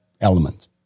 element